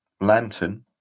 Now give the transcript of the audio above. lantern